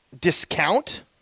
discount